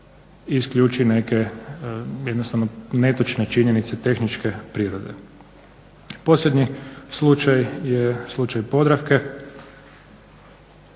isključi neke, jednostavno netočne činjenice tehničke prirode. Posljednji slučaj je slučaj Podravke.